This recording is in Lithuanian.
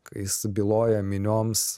kai jis byloja minioms